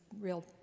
real